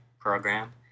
program